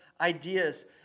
ideas